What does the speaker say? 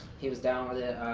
he was down with it. it